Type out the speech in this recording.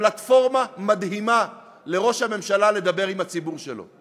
פלטפורמה מדהימה לראש הממשלה לדבר עם הציבור שלו.